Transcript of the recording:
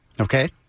Okay